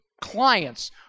clients